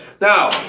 Now